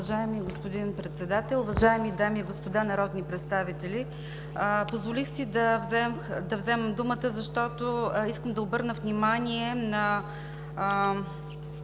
Уважаеми господин Председател, уважаеми дами и господа народни представители! Позволих си да взема думата, защото искам да обърна внимание на